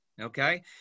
okay